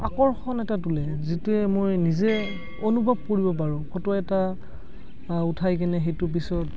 আকৰ্ষণ এটা তোলে যিটোৱে মই নিজে অনুভৱ কৰিব পাৰোঁ ফটো এটা উঠাই কেনে সেইটো পিছত